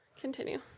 Continue